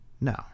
No